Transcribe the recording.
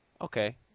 Okay